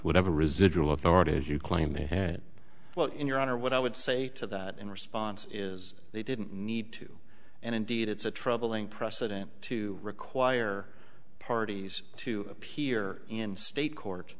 whatever residual authority as you claim they had well in your honor what i would say to that in response is they didn't need to and indeed it's a troubling precedent to require parties to appear in state court